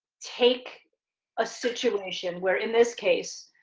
take a situation where in this case,